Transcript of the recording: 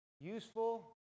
Useful